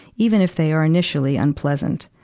even if they are initially unpleasant.